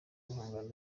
guhangana